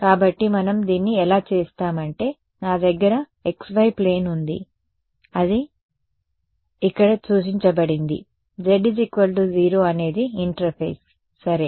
కాబట్టి మనం దీన్ని ఎలా చేస్తాం అంటే నా దగ్గర xy ప్లేన్ ఉంది అని ఇక్కడ సూచించబడింది z0 అనేది ఇంటర్ఫేస్ సరే